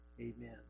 Amen